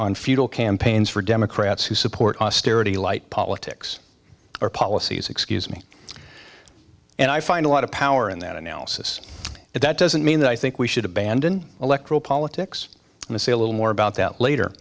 on futile campaigns for democrats who support austerity lite politics or policies excuse me and i find a lot of power in that analysis but that doesn't mean that i think we should abandon electoral politics and say a little more about that later